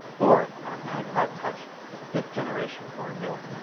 or an ipod touch fifth generation or newer.